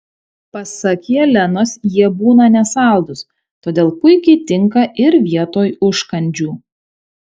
pasak jelenos jie būna nesaldūs todėl puikiai tinka ir vietoj užkandžių